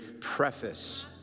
preface